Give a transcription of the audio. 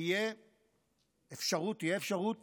תהיה אפשרות